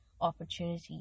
opportunity